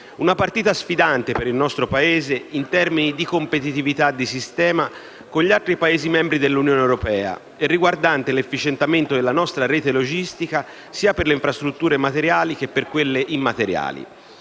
una partita sfidante per il nostro Paese in termini di competitività di sistema con gli altri Paesi membri dell'Unione europea, e riguardante l'efficientamento della nostra rete logistica sia per le infrastrutture materiali, che per quelle immateriali.